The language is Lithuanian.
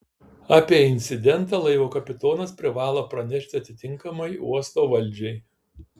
apie incidentą laivo kapitonas privalo pranešti atitinkamai uosto valdžiai